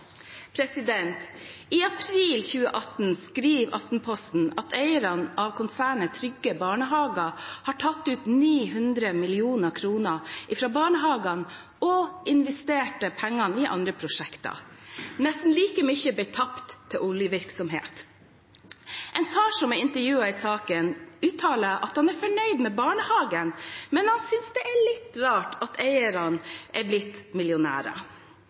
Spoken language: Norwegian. I april 2018 skrev Aftenposten at eierne av konsernet Trygge Barnehager hadde tatt ut 900 mill. kr fra barnehagene og investert pengene i andre prosjekter. Nesten like mye ble tapt til oljevirksomhet. En far som er intervjuet i saken, uttaler at han er fornøyd med barnehagen, men han synes det er litt rart at eierne er blitt